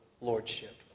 lordship